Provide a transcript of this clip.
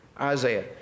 Isaiah